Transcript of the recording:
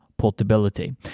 Portability